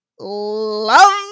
love